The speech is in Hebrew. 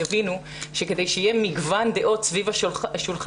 יבינו שכדי שיהיה מגוון דעות סביב השולחן,